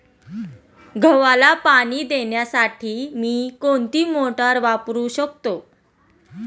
गव्हाला पाणी देण्यासाठी मी कोणती मोटार वापरू शकतो?